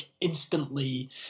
instantly